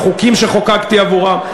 החוקים שחוקקתי עבורם.